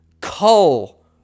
cull